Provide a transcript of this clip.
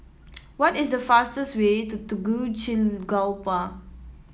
what is the fastest way to Tegucigalpa